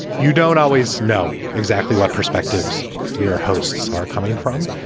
you don't always know exactly what perspectives your hosts are coming from,